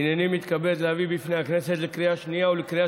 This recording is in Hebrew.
הינני מתכבד להביא בפני הכנסת לקריאה שנייה ולקריאה